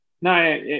No